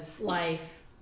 life